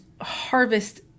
harvest